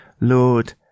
Lord